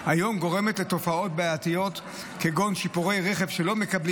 היום גורמת לתופעות בעייתיות כגון שיפורי רכב שלא מקבלים